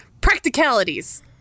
Practicalities